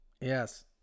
Yes